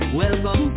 welcome